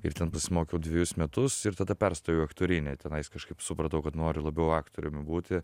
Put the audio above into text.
ir ten prasimokiau dvejus metus ir tada perstojau į aktorinį tenais kažkaip supratau kad noriu labiau aktoriumi būti